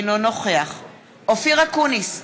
אינו נוכח אופיר אקוניס,